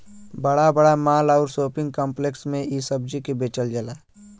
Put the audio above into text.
बड़ा बड़ा माल आउर शोपिंग काम्प्लेक्स में इ सब्जी के बेचल जाला